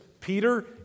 Peter